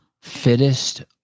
fittest